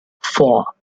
four